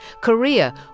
Korea